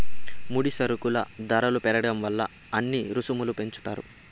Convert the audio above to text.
ముడి సరుకుల ధరలు పెరగడం వల్ల అన్ని రుసుములు పెంచుతారు